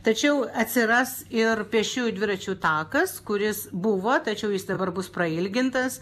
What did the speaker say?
tačiau atsiras ir pėsčiųjų dviračių takas kuris buvo tačiau jis dabar bus prailgintas